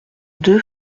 deux